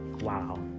Wow